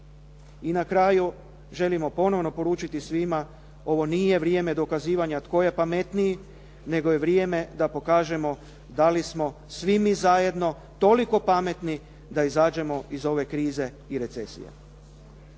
I na kraju, želimo ponovno poručiti svima, ovo nije vrijeme dokazivanja tko je pametniji, nego je vrijeme da pokažemo da li smo svi mi zajedno toliko pametni da izađemo iz ove krize i recesije.